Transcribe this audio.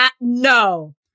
No